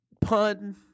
pun